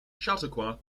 chautauqua